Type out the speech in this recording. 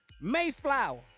Mayflower